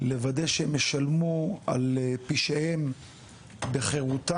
לוודא שהם ישלמו על פשעיהם בחירותם,